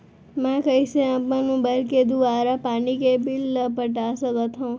मैं कइसे अपन मोबाइल के दुवारा पानी के बिल ल पटा सकथव?